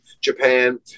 japan